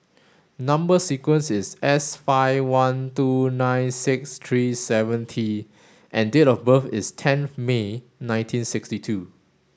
number sequence is S five one two nine six three seven T and date of birth is tenth May nineteen sixty two